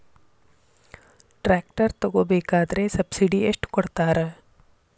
Tractor ತಗೋಬೇಕಾದ್ರೆ subsidy ಎಷ್ಟು ಕೊಡ್ತಾರ?